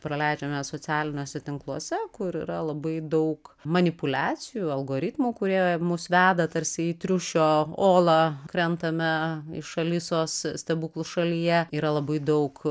praleidžiame socialiniuose tinkluose kur yra labai daug manipuliacijų algoritmų kurie mus veda tarsi į triušio olą krentame iš alisos stebuklų šalyje yra labai daug